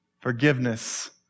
Forgiveness